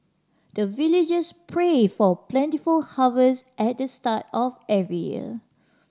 the villagers pray for plentiful harvest at the start of every year